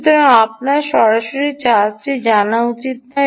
সুতরাং আপনার সরাসরি চার্জটি জানা উচিত নয়